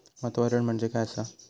वातावरण म्हणजे काय आसा?